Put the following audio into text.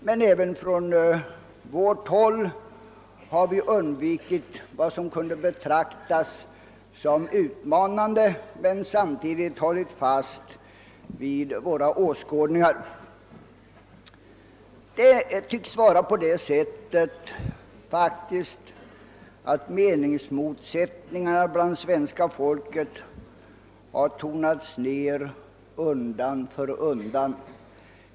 Men även på vårt håll har vi undvikit sådant som kunde betraktas som utmanande, sam tidigt som vi hållit fast vid våra åskådningar. Det tycks faktiskt vara så att meningsmotsättningarna inom svenska folket undan för undan har tonats ned.